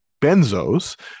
benzos